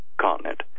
continent